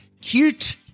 cute